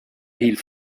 ville